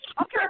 okay